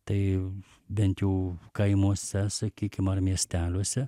tai bent jau kaimuose sakykim ar miesteliuose